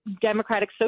Democratic